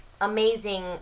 amazing